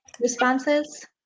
responses